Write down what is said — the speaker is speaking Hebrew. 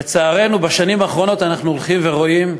לצערנו, בשנים האחרונות אנחנו הולכים ורואים,